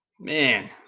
man